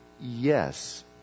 yes